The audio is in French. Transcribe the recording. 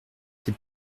ses